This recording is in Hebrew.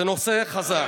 זה נושא חזק.